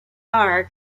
var